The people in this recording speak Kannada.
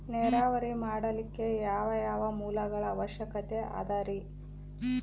ನೇರಾವರಿ ಮಾಡಲಿಕ್ಕೆ ಯಾವ್ಯಾವ ಮೂಲಗಳ ಅವಶ್ಯಕ ಅದರಿ?